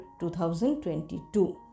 2022